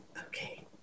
okay